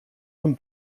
zum